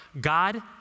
God